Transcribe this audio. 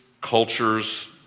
cultures